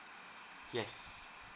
yes